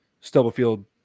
Stubblefield